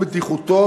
בטיחותו,